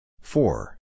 Four